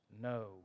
no